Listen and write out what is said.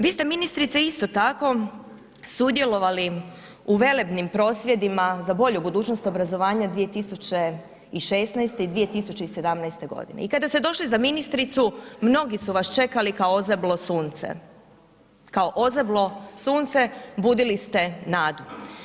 Vi ste ministrice isto tako sudjelovali u velebnim prosvjedima za bolju budućnost obrazovanja 2016. i 2017. g. i kada ste došli za ministricu, mnogi su vas čekali kao ozeblo sunce, kao ozeblo sunce, budili ste nadu.